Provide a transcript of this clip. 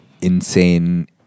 insane